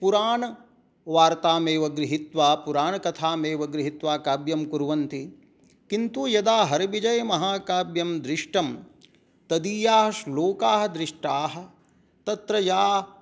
पुराणवार्तामेव गृहीत्वा पुराणकथामेव गृहीत्वा काव्यं कुर्वन्ति किन्तु यदा हरविजयमहकाव्यं दृष्टं तदीया श्लोकाः दृष्टाः तत्र या